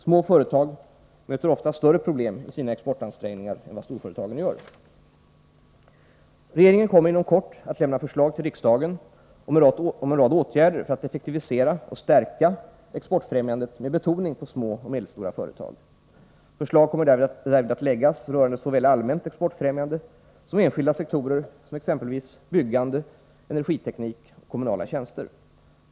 Små företag möter ofta större problem i sina exportansträngningar än vad storföretagen gör. Regeringen kommer inom kort att lämna förslag till riksdagen om en rad åtgärder för att effektivisera och stärka exportfrämjandet med betoning på små och medelstora företag. Förslag kommer därvid att läggas rörande såväl allmänt exportfrämjande som enskilda sektorer som exempelvis byggande, energiteknik och kommunala tjänster.